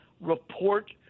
report